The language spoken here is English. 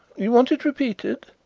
you want it repeated?